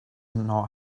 not